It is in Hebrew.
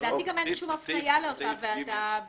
היא רק תעשה שני דברים: תעכב עד שיזמנו אותה ועד שפה